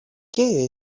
qué